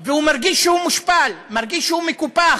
והוא מרגיש שהוא מושפל, מרגיש שהוא מקופח.